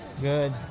Good